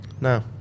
No